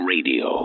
Radio